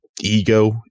ego